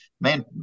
man